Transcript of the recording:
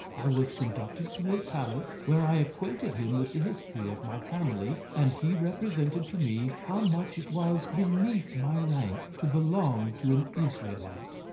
i was conducted to his palace, where i acquainted him with the history of my family, and he represented to me how much it was beneath my rank to belong to an israelite.